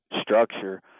structure